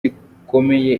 rikomeye